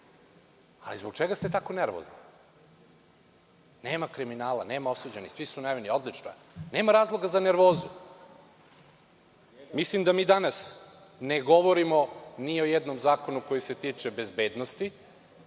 Ali, zbog čega ste tako nervozni? Nema kriminala, nema osuđenih, svi su nevini. Odlično. Nema razloga za nervozu. Mislim da danas ne govorimo ni o jednom zakonu koji se tiču bezbednosti.